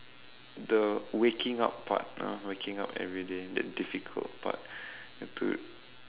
the waking up part ah waking up everyday that difficult part you have to